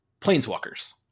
planeswalkers